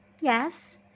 Yes